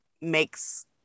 makes